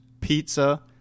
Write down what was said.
pizza